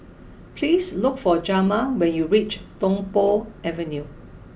please look for Jamar when you reach Tung Po Avenue